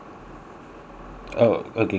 oh okay can sure thank you